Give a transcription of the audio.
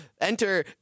Enter